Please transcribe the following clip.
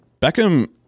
Beckham